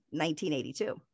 1982